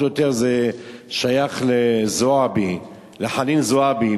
מה שאת חושבת פחות או יותר שייך לחנין זועבי.